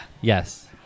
Yes